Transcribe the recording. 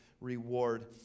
reward